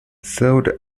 served